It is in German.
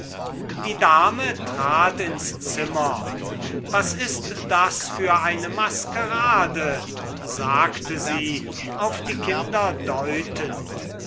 die dame trat ins zimmer was ist das für eine maskerade sagte sie auf die kinder deutend